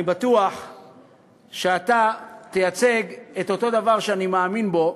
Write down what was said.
אני בטוח שאתה תייצג את אותו הדבר שאני מאמין בו,